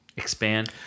Expand